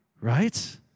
Right